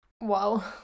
wow